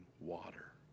water